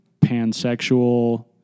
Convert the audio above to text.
pansexual